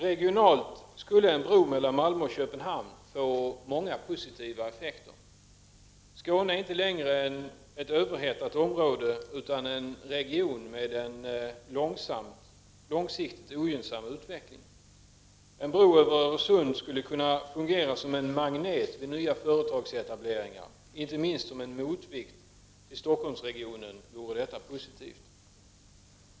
Regionalt skulle en bro mellan Malmö och Köpenhamn få många positiva effekter. Skåne är inte längre ett överhettat område, utan en region med en långsiktigt ogynnsam utveckling. En bro över Öresund skulle kunna fungera som en magnet vid nya företagsetableringar, inte minst som en motvikt till Stockholmsregionen vore detta positivt.